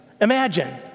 Imagine